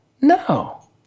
No